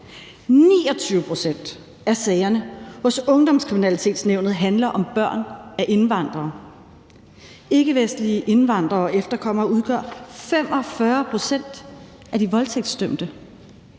29 pct. af sagerne hos ungdomskriminalitetsnævnet handler om børn af indvandrere. Ikkevestlige indvandrere og efterkommere udgør 45 pct. af de voldtægtsdømte.